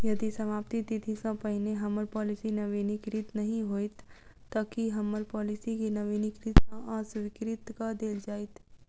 यदि समाप्ति तिथि सँ पहिने हम्मर पॉलिसी नवीनीकृत नहि होइत तऽ की हम्मर पॉलिसी केँ नवीनीकृत सँ अस्वीकृत कऽ देल जाइत?